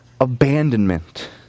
Abandonment